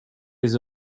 des